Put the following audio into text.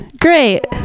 Great